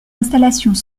installations